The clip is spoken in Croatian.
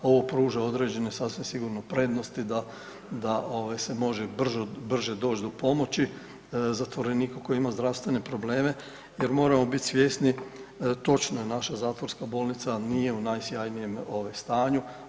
Ovo pruža određene sasvim sigurno prednosti da se može brže doći do pomoći zatvorenik koji ima zdravstvene probleme, jer moramo biti svjesni, točno je naša zatvorska bolnica nije u najsjajnijem stanju.